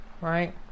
right